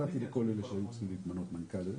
בלהגיע להסכמה על המנגנון.